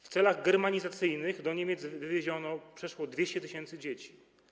W celach germanizacyjnych do Niemiec wywieziono przeszło 200 tys. dzieci.